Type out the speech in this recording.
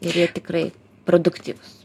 ir jie tikrai produktyvūs